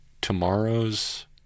Tomorrow's